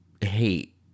hate